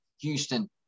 Houston